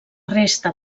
resta